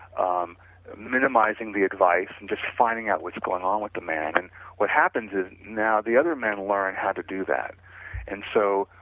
um minimizing the advice and just finding out what's going on with the man, and what happens is now the other men learn how to do that and so,